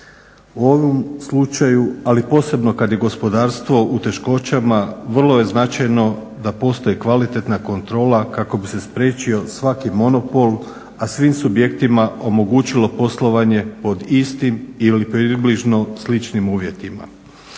U ovom slučaju, ali posebno kad je gospodarstvo u teškoćama vrlo je značajno da postoji kvalitetna kontrola kako bi se spriječio svaki monopol, a svim subjektima omogućilo poslovanje pod istim ili približno sličnim uvjetima.